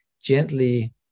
gently